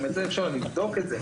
אפשר לבדוק את זה.